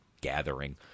gathering